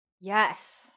Yes